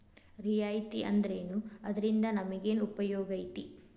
ರಿಯಾಯಿತಿ ಅಂದ್ರೇನು ಅದ್ರಿಂದಾ ನಮಗೆನ್ ಉಪಯೊಗೈತಿ?